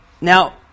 Now